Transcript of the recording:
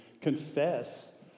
confess